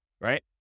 Right